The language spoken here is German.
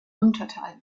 unterteilt